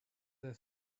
there